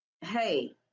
hey